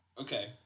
Okay